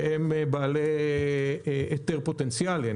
שהם בעלי היתר פוטנציאלי.